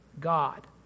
God